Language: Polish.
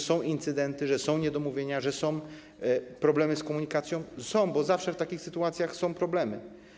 Są incydenty, są niedomówienia, są problemy z komunikacją - są, bo zawsze w takich sytuacjach są problemy.